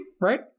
right